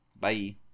Bye